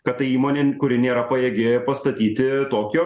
kad tai įmonė kuri nėra pajėgi pastatyti tokio